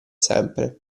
sempre